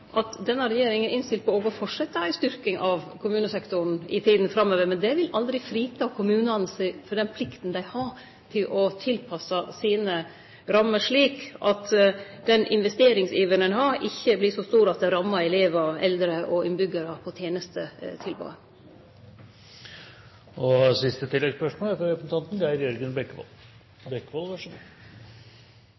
at denne regjeringa er innstilt på å fortsetje å styrkje kommunesektoren i tida framover. Men det vil aldri frita kommunane for den plikta dei har for å tilpasse sine rammer, slik at den investeringsiveren ein har, ikkje blir så stor at han rammar tenestetilbodet til elevar, eldre og